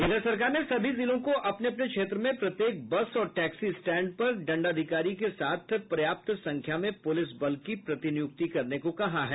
इधर सरकार ने सभी जिलों को अपने अपने क्षेत्र में प्रत्येक बस और टैक्सी स्टैंड पर दंडाधिकारी के साथ पर्याप्त संख्या में पुलिस बल की प्रतिनियुक्ति करने को कहा है